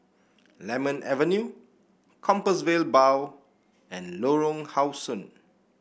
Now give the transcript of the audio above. Lemon Avenue Compassvale Bow and Lorong How Sun